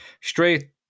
Straight